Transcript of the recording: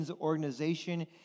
organization